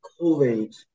COVID